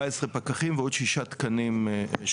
ועוד 6 תקנים.